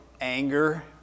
anger